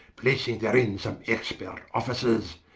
placing therein some expert officers,